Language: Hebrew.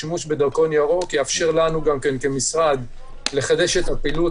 השימוש בדרכון ירוק יאפשר גם לנו כמשרד לחדש את הפעילות